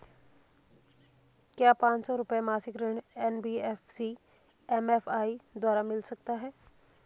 क्या पांच सौ रुपए मासिक ऋण एन.बी.एफ.सी एम.एफ.आई द्वारा मिल सकता है?